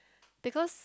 because